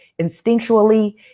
instinctually